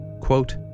quote